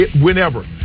whenever